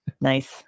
nice